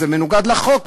אז זה מנוגד לחוק.